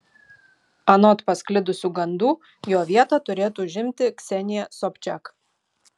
anot pasklidusių gandų jo vietą turėtų užimti ksenija sobčiak